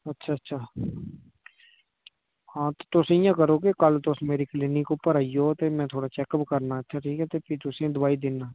अच्छा अच्छा हां ते तुस इ'यां करो कि कल तुस मेरी क्लीनिक उप्पर आई जाओ ते में थुआढ़ा चैक्क अप करना इत्थै ते प्ही तुसें गी दोआई दिन्नां